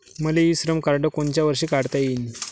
मले e Shram card कोनच्या वर्षी काढता येईन?